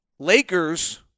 Lakers